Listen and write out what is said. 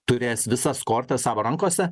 turės visas kortas savo rankose